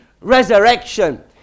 resurrection